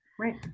right